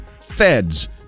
feds